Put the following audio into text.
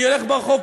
אני הולך ברחוב,